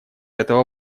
этого